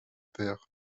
père